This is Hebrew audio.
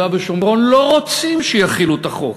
ושומרון לא רוצים שיחילו את החוק,